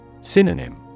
Synonym